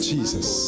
Jesus